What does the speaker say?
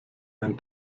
ein